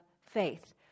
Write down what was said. faith